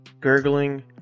gurgling